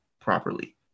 properly